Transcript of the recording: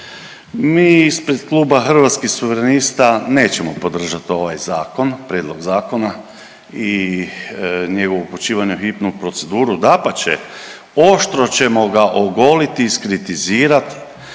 Mi ispred kluba Hrvatskih suverenista nećemo podržati ovaj zakon, prijedlog zakona i njegovo upućivanje u hitnu proceduru. Dapače oštro ćemo ga ogoliti i iskritizirati,